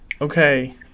okay